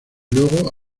luego